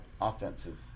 offensive